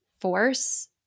force